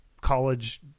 college